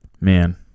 Man